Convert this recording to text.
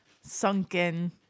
sunken